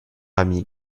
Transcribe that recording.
amie